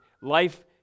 life